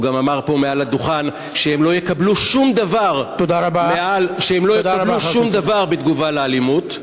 הוא גם אמר פה מעל הדוכן שהם לא יקבלו שום דבר בתגובה על אלימות.